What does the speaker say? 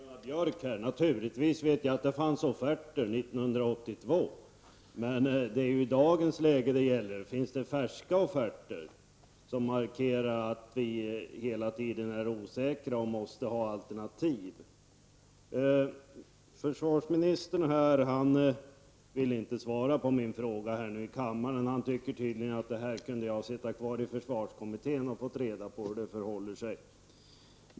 Herr talman! Först några ord till Gunnar Björk. Naturligtvis vet jag att det fanns offerter 1982. Men frågan gäller ju dagens läge. Finns det några färska offerter som markerar att vi hela tiden är osäkra och måste ha alternativ? Försvarsministern ville inte svara på min fråga här i kammaren. Han tycker tydligen att jag kunde sitta kvar i försvarskommittén och få reda på hur det förhåller sig.